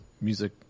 music